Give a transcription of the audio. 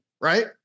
right